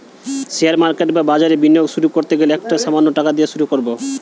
share market বা বাজারে বিনিয়োগ শুরু করতে গেলে একটা সামান্য টাকা দিয়ে শুরু করো